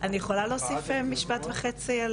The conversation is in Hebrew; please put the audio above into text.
אני יכולה להוסיף משפט וחצי?